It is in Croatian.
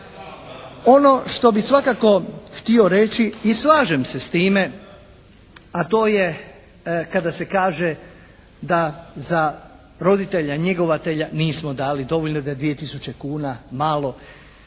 Ono što bi svakako htio reći i slažem se s time, a to je kada se kaže da za roditelja njegovatelja nismo dali dovoljno, da je 2 tisuće kuna malo.